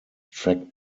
tracked